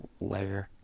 layer